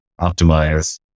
optimize